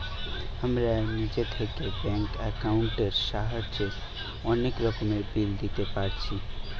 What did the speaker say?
আমরা নিজে থিকে ব্যাঙ্ক একাউন্টের সাহায্যে অনেক রকমের বিল দিতে পারছি